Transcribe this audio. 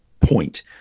point